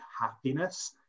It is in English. happiness